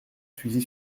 fusil